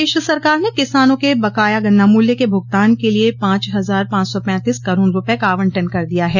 प्रदेश सरकार ने किसानों के बकाया गन्ना मूल्य के भुगतान के लिए पांच हजार पांच सौ पैंतीस करोड़ रूपये का आवंटन कर दिया है